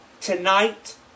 Tonight